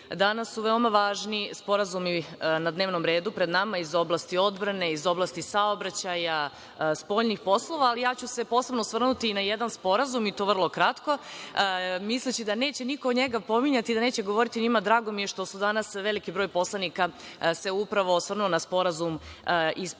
danas su veoma važni sporazumi na dnevnom redu pred nama iz oblasti odbrane, iz oblasti saobraćaja, spoljnih poslova, ali ja ću se posebno osvrnuti na jedan sporazum, i to vrlo kratko, misleći da neće niko njega pominjati, da neće govoriti o njemu, ali drago mi je što se danas veliki broj poslanika upravo osvrnuo na Sporazum iz Pariza